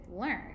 learn